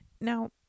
Now